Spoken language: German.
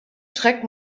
schreck